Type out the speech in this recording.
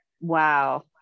wow